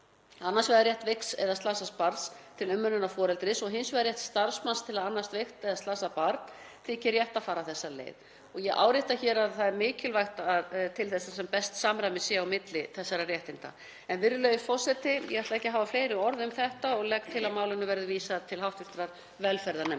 annars vegar rétt veiks eða slasaðs barns til umönnunar foreldris og hins vegar rétt starfsmanns til að annast veikt eða slasað barn, þykir rétt að fara þessa leið. Ég árétta hér að það er mikilvægt til þess að sem best samræmi sé á milli þessara réttinda. Virðulegi forseti. Ég ætla ekki að hafa fleiri orð um þetta og legg til að málinu verði vísað til hv. velferðarnefndar.